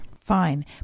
Fine